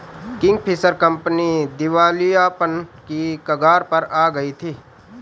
Kingfisher company दिवालियापन की कगार पर आ गई थी